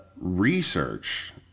research